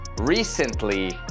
recently